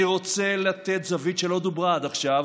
אני רוצה לתת זווית שלא דוברה עד עכשיו,